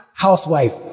Housewife